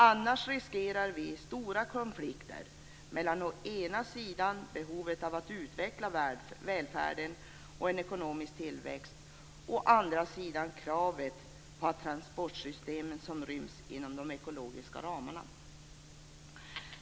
Annars riskerar vi stora konflikter mellan å ena sidan behovet av att utveckla välfärden och en ekonomisk tillväxt och å andra sidan kravet på ett transportsystem som ryms inom de ekologiska ramarna.